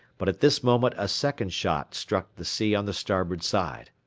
but at this moment a second shot struck the sea on the starboard side.